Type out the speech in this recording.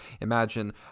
Imagine